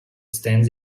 stands